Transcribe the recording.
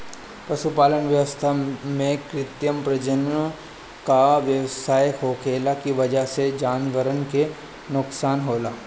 पशुपालन व्यवस्था में कृत्रिम प्रजनन क व्यवस्था होखला के वजह से जानवरन क नोकसान होला